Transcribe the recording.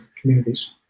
communities